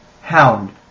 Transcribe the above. Hound